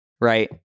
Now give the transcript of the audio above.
right